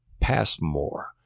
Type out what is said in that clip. Passmore